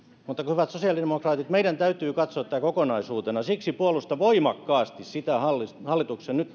hyvät sosiaalidemokraatit meidän täytyy katsoa tämä kokonaisuutena siksi puolustan voimakkaasti sitä hallituksen nyt